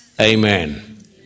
Amen